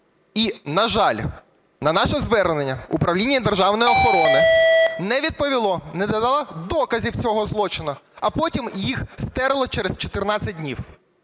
І, на жаль, на наше звернення Управління державної охорони не відповіло, не надало доказів цього злочину, а потім їх стерло через 14 днів.